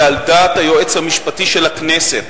ועל דעת היועץ המשפטי של הכנסת,